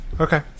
Okay